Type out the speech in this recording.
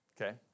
Okay